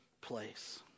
place